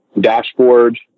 dashboard